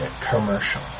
commercial